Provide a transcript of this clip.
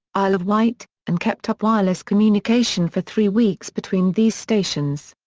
isle of wight, and kept up wireless communication for three weeks between these stations.